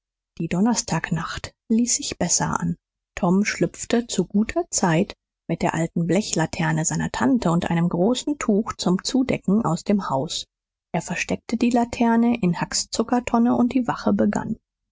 die donnerstagnacht ließ sich besser an tom schlüpfte zu guter zeit mit der alten blechlaterne seiner tante und einem großen tuch zum zudecken aus dem haus er versteckte die laterne in hucks zuckertonne und die wache begann